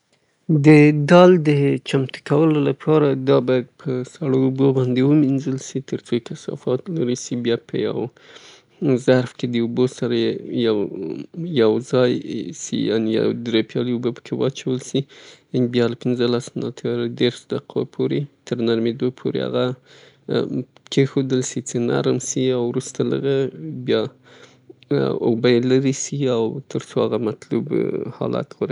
د دال چمتو کولو د پاره لومړی باید هغه په سړو اوبو باندې پرېمینځل سي، په یو کڅوړه یا یو ګیلاس کې یو ګیلاس دال، دری ګیلاسه په اندازه اوبه او پکې یوځای شي، او بیا وروسته همدا جوش کړل سي، تودوخه یې کمه سي، او له شلو نه تر دیرشو دقو پورې پریښودل سي؛ ترڅو اماده سي.